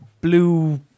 blue